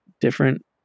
different